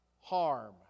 harm